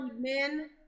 men